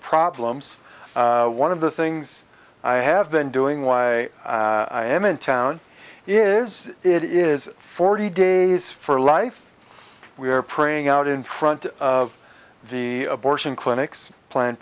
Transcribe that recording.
problems one of the things i have been doing why i am in town is it is forty days for life we are praying out in front of the abortion clinics planned